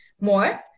more